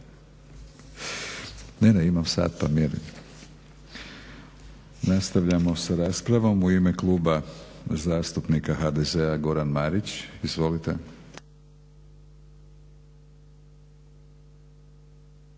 Ne, ne imam sat pa mjerim. Nastavljamo sa raspravom. U ime Kluba zastupnika HDZ-a Goran Marić. Izvolite.